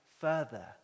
further